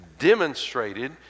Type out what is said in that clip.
Demonstrated